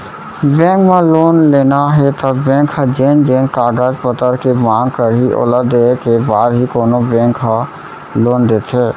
bank म loan लेना हे त बेंक ह जेन जेन कागज पतर के मांग करही ओला देय के बाद ही कोनो बेंक ह लोन देथे